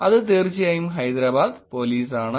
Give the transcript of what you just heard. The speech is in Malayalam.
അത് തീർച്ചയായും ഹൈദരാബാദ് പോലീസ് ആണ്